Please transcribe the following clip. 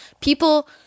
people